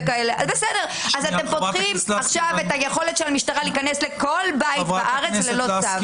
אתם פותחים עכשיו את היכולת שלה משטרה להיכנס לכל בית לארץ ללא צו.